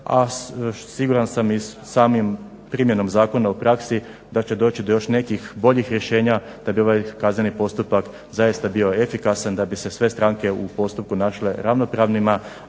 a siguran sam i samim primjenom zakona u praksi da će doći do još nekih boljih rješenja da bi ovaj kazneni postupak zaista bio efikasan, da bi se sve stranke u postupku našle ravnopravnima,